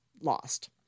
lost